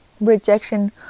Rejection